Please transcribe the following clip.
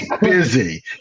busy